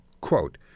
quote